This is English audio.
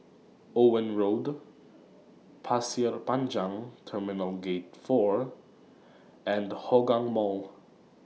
Owen Road Pasir Panjang Terminal Gate four and Hougang Mall